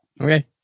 Okay